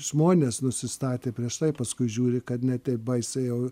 žmonės nusistatę prieš tai paskui žiūri kad ne taip baisiai jau